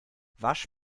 wasch